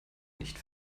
nicht